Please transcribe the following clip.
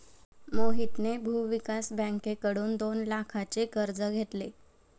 मोहितने भूविकास बँकेकडून दोन लाखांचे कर्ज घेतले